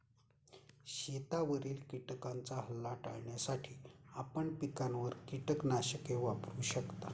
शेतावरील किटकांचा हल्ला टाळण्यासाठी आपण पिकांवर कीटकनाशके वापरू शकता